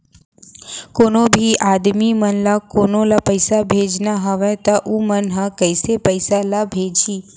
कोन्हों भी आदमी मन ला कोनो ला पइसा भेजना हवय त उ मन ह कइसे पइसा ला भेजही?